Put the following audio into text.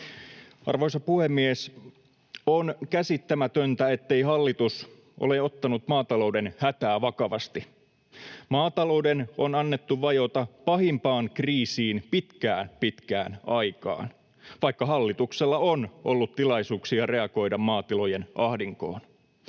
Arvoisa puhemies! On käsittämätöntä, ettei hallitus ole ottanut maatalouden hätää vakavasti. Maatalouden on annettu vajota pahimpaan kriisiin pitkään, pitkään aikaan, vaikka hallituksella on ollut tilaisuuksia reagoida maatilojen ahdinkoon.